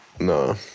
No